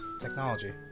Technology